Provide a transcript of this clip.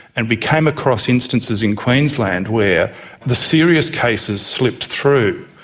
and we came across instances in queensland where the serious cases slipped through.